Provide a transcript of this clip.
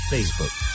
Facebook